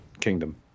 kingdom